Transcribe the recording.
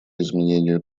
изменению